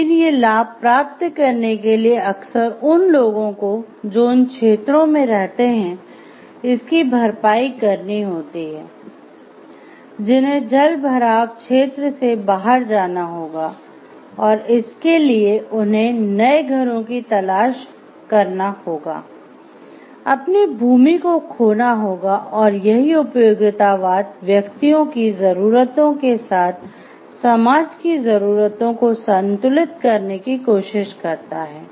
लेकिन ये लाभ प्राप्त करने के लिए अक्सर उन लोगों को जो उन क्षेत्रों में रहते हैं इसकी भरपाई करनी होती है जिन्हें जल भराव क्षेत्र से बाहर जाना होगा और इसके लिए उन्हें नए घरों की तलाश करना होगा अपनी भूमि को खोना होगा और यहीं उपयोगितावाद व्यक्ति की जरूरतों के साथ समाज की जरूरतों को संतुलित करने की कोशिश करता है